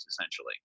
essentially